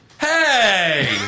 Hey